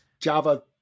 Java